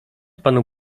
panu